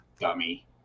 dummy